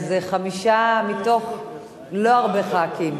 אז חמישה מתוך לא הרבה חברי כנסת.